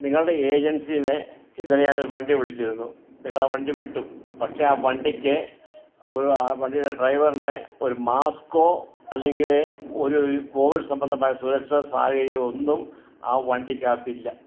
നിങ്ങളുടെ ഏജൻസിന്ന് ഇന്നലെ ഞാനൊരു വണ്ടി വിളിച്ചിരുന്നു നിങ്ങളാ വണ്ടി വിട്ടു പക്ഷേ ആ വണ്ടിക്ക് ഒരു വണ്ടിയുടെ ഡ്രൈവറിന് ഒരു മാസ്ക്കോ അല്ലെങ്കിൽ ഒരു കോവിഡ് സംബന്ധമായ സുരക്ഷ സാഹചര്യം ഒന്നും ആ വണ്ടിക്കകത്തില്ല